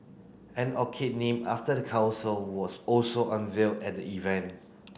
an orchid named after the council was also unveiled at the event